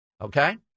Okay